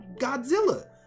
Godzilla